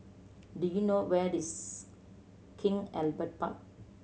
do you know where is King Albert Park